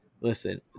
Listen